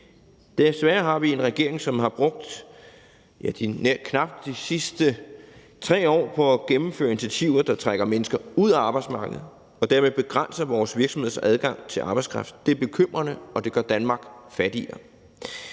Desværre har vi en regering, som har brugt de sidste 3 år på at gennemføre initiativer, der trækker mennesker ud af arbejdsmarkedet og derved begrænser vores virksomheders adgang til arbejdskraft. Det er bekymrende, og det gør Danmark fattigere.